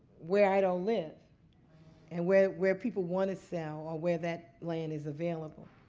where i don't live and where where people want to sell or where that land is available.